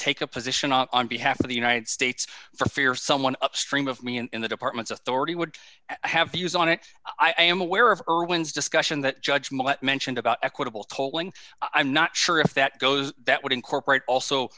take a position on behalf of the united states for fear someone upstream of me in the department's authority would have views on it i am aware of irwin's discussion that judgment mentioned about equitable tolling i'm not sure if that goes that would incorporate also